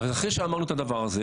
אז אחרי שאמרנו את הדבר הזה,